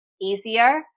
easier